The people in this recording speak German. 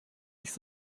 nicht